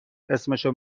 اسمشو